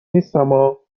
نیستما